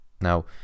now